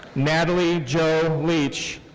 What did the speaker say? natalie jo leech.